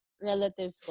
relative